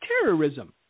terrorism